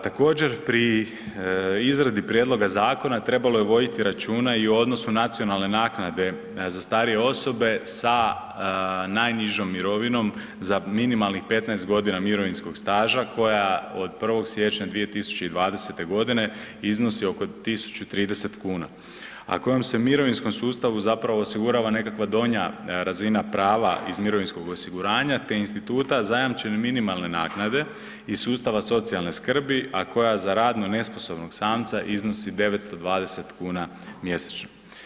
Također pri izradi prijedloga zakona trebalo je voditi računa i o odnosu nacionalne naknade za starije osobe sa najnižom mirovinom za minimalnih 15 godina mirovinskog staža koja od 1.siječnja 2020.godine iznosi oko 1.030 kuna, a kojom se u mirovinskom sustavu osigurava nekakva donja razina prava iz mirovinskog osiguranja te instituta zajamčene minimalne naknade iz sustava socijalne skrbi, a koja za radno nesposobnog samca iznosi 920 kuna mjesečno.